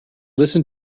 listen